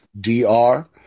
d-r